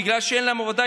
בגלל שאין להם עבודה,